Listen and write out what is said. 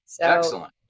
Excellent